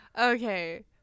okay